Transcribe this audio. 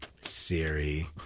Siri